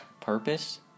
purpose